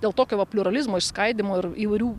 dėl tokio va pliuralizmo išskaidymo ir įvairių